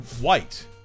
white